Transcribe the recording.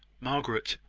margaret,